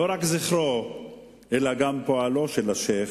לא רק זכרו אלא גם פועלו של השיח'